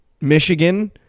Michigan